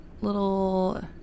little